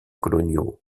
coloniaux